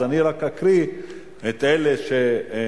אז אני רק אקריא את כותרות השאילתות,